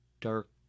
dark